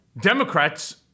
Democrats